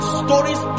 stories